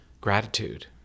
gratitude